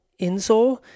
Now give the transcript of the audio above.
insole